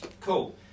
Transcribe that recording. Cool